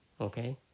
Okay